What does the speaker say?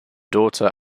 daughter